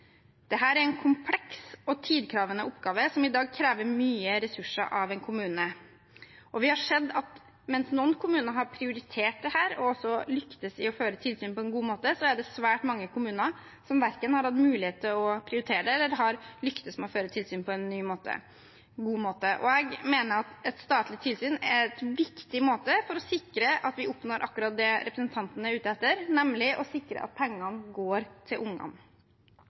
er en kompleks og tidkrevende oppgave som i dag krever mye ressurser av en kommune, og vi har sett at mens noen kommuner har prioritert dette og også lyktes i å føre tilsyn på en god måte, er det svært mange kommuner som verken har hatt mulighet til å prioritere det eller har lyktes med å føre tilsyn på en god måte. Jeg mener at et statlig tilsyn er en viktig måte å sikre at vi oppnår akkurat det representanten er ute etter, nemlig å sikre at pengene går til ungene.